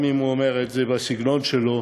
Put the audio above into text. גם אם הוא אומר את זה בסגנון שלו,